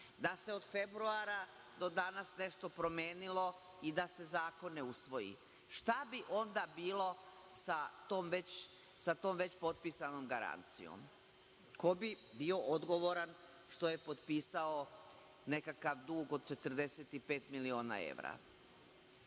da se od februara do danas nešto promenilo i da se zakon ne usvoji? Šta bi onda bilo sa tom već potpisanom garancijom? Ko bi bio odgovoran što je potpisao nekakav dug od 45 miliona